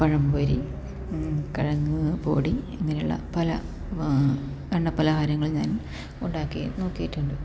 പഴംപൊരി കിഴങ്ങ് ബോഡി ഇങ്ങനെയുള്ള പല എണ്ണ പലഹാരങ്ങളും ഞാൻ ഉണ്ടാക്കി നോക്കിയിട്ടുണ്ട്